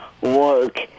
work